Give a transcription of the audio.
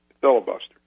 filibuster